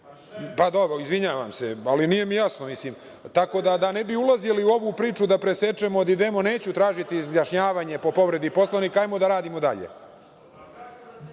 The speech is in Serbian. da… Izvinjavam se, ali nije mi jasno, tako da ne bi ulazili u ovu priču da presečemo, da idemo. Neću tražiti izjašnjavanje po povredi Poslovnika, hajde da radimo dalje.